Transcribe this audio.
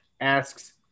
asks